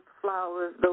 flowers